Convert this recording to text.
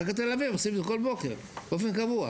מתנדבים עושים את זה כל בוקר, באופן קבוע.